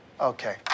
Okay